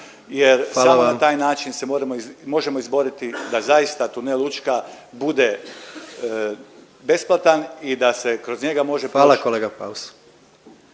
jer samo na taj način se možemo izboriti da zaista tunel Učka bude besplatan i da se kroz njega može proć.